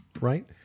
right